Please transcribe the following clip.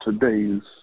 today's